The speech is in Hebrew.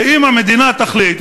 שאם המדינה תחליט,